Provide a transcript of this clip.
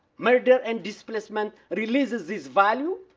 murder and displacement releases this value,